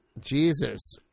Jesus